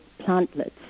plantlets